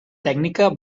tècnica